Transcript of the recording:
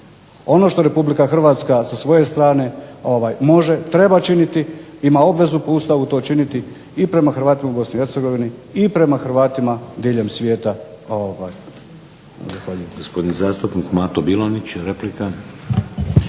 Ono što republika Hrvatska sa svoje strane može, treba činiti, ima obvezu po Ustavu to činiti i prema Hrvatima u BiH i prema Hrvatima diljem svijeta.